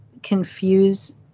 Confuse